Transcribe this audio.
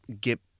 get